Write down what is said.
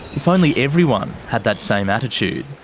if only everyone had that same attitude.